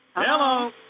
Hello